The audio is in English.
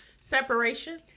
Separation